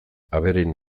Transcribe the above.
abereen